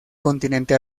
continente